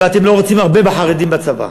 ואתם לא רוצים הרבה חרדים בצבא,